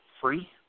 free